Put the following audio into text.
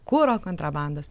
kuro kontrabandos